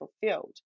fulfilled